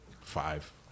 five